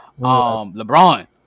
LeBron